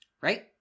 Right